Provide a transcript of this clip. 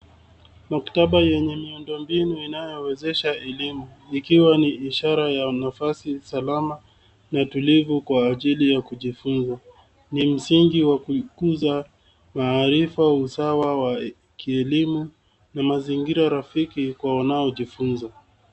Maktaba yenye miundo mbinu inayowezesha elimu ikiwa ni ishara ya nafasi salama na tulivu kwa ajili ya kujifunza. Ni msingi wa kukuza maarifa usawa wa kielimu na mazingira rafiki kwa wanaojinfuza.